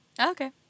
Okay